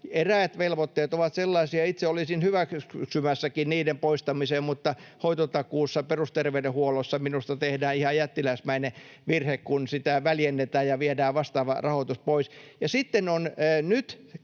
Eräät velvoitteet ovat sellaisia, että itse olisin hyväksymässäkin niiden poistamisen, mutta hoitotakuussa, perusterveydenhuollossa minusta tehdään ihan jättiläismäinen virhe, kun sitä väljennetään ja viedään vastaava rahoitus pois. Ja sitten on nyt